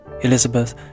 Elizabeth